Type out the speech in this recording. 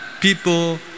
people